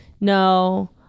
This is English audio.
No